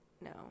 no